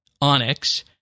onyx